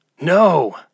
No